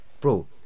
bro